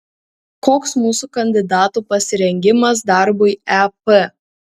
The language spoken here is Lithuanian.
koks mūsų kandidatų pasirengimas darbui ep